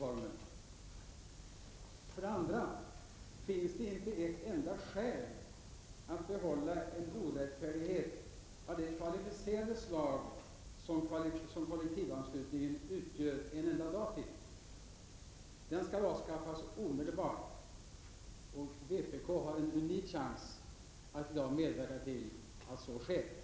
För det andra finns det inte ett enda skäl för att behålla en orättfärdighet av det kvalificerade slag som kollektivanslutningen utgör — inte en enda dag till. Den skall avskaffas omedelbart. Vpk har en unik chans att i dag medverka till att så sker.